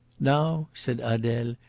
now, said adele,